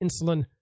insulin